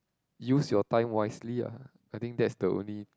use your time wisely ah I think that's the only